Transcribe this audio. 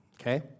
Okay